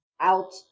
out